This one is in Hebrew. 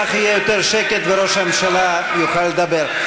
ככה יהיה יותר שקט וראש הממשלה יוכל להמשיך.